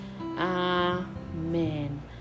Amen